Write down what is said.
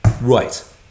Right